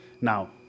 now